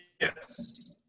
Yes